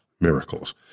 miracles